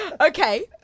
Okay